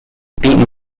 beaten